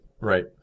Right